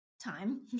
time